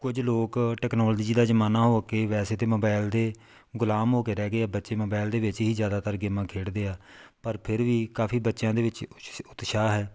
ਕੁਝ ਲੋਕ ਟੈਕਨੋਲਜੀ ਦਾ ਜ਼ਮਾਨਾ ਹੋ ਕੇ ਵੈਸੇ ਤਾਂ ਮੋਬਾਇਲ ਦੇ ਗੁਲਾਮ ਹੋ ਕੇ ਰਹਿ ਗਏ ਆ ਬੱਚੇ ਮੋਬਾਇਲ ਦੇ ਵਿੱਚ ਹੀ ਜ਼ਿਆਦਾਤਰ ਗੇਮਾਂ ਖੇਡਦੇ ਆ ਪਰ ਫਿਰ ਵੀ ਕਾਫੀ ਬੱਚਿਆਂ ਦੇ ਵਿੱਚ ਉਤਸ਼ਾਹ ਹੈ